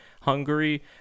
Hungary